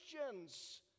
Christians